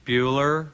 Bueller